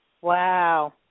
Wow